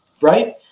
Right